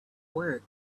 work